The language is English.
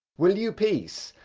will you peace,